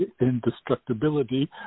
indestructibility